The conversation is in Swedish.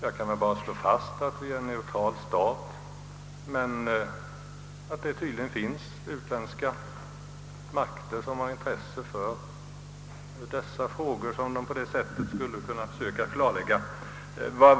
Jag kan bara slå fast att vi är en neutral stat men att det tydligen finns utländska makter som har intresse för frågor, som de på detta sätt vill försöka vinna klarhet i.